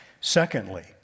Secondly